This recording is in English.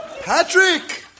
Patrick